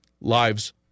lives